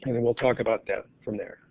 then we'll talk about that from there.